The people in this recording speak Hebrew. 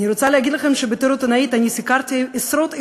אני רוצה להגיד לכם שבתור עיתונאית אני סיקרתי עשרות אירועים,